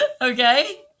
Okay